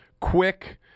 quick